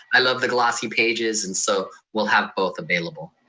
i love the glossy pages. and so we'll have both available.